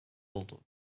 oldu